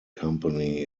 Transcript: company